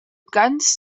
ganz